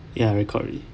ya record already